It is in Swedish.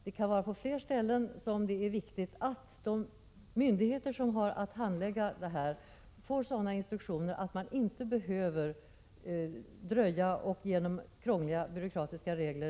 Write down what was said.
Det kan finnas flera kommuner för vilka det är viktigt att de myndigheter som har att handlägga dessa frågor får instruktioner om att de inte behöver fördröja handläggningen på grund av krångliga byråkratiska regler.